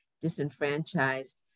disenfranchised